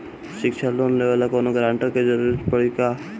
शिक्षा ऋण लेवेला कौनों गारंटर के जरुरत पड़ी का?